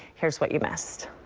here's what. you best.